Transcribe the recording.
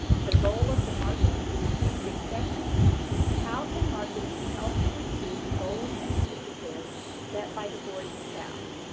the goal of the marketing strategic session how can marketing help to achieve the goals and initiatives set by the board and the staff?